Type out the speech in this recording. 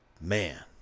Man